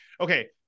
Okay